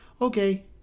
okay